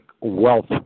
wealth